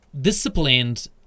disciplined